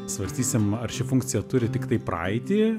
svarstysim ar ši funkcija turi tiktai praeitį